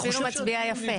אפילו מצביעה יפה.